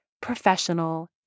professional